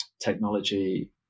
technology